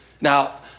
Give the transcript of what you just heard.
Now